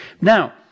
Now